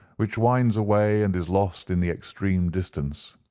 which winds away and is lost in the extreme distance.